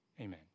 amen